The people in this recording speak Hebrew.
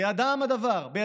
בידיהם הדבר.